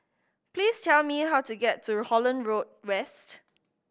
please tell me how to get to Holland Road West